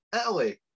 Italy